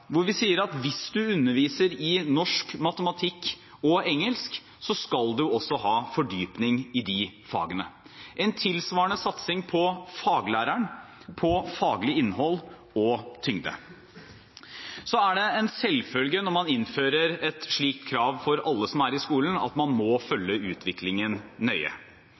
hvor vi sier at hvis du underviser i norsk, matematikk og engelsk, skal du også ha fordypning i de fagene, og det er en tilsvarende satsing på faglæreren, på faglig innhold og tyngde. Så er det en selvfølge når man innfører et slikt krav for alle som er i skolen, at man må følge utviklingen nøye.